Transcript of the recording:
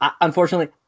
unfortunately